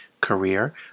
career